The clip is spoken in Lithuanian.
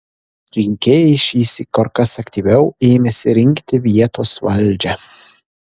rinkėjai šįsyk kur kas aktyviau ėmėsi rinkti vietos valdžią